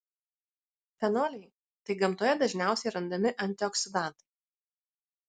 fenoliai tai gamtoje dažniausiai randami antioksidantai